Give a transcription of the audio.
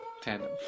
tandem